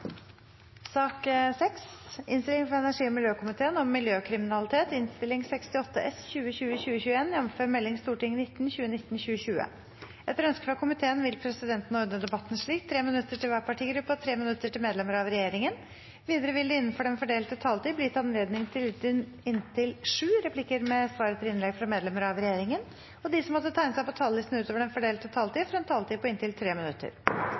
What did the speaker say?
minutter til medlemmer av regjeringen. Videre vil det – innenfor den fordelte taletid – bli gitt anledning til sju replikker med svar etter innlegg fra medlemmer av regjeringen, og de som måtte tegne seg på talerlisten utover den fordelte taletid, får også en taletid på inntil 3 minutter.